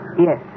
Yes